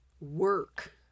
work